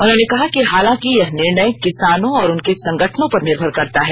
उन्होंने कहा कि हालांकि यह निर्णय किसानों और उनके संगठनों पर निर्भर करता है